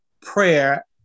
prayer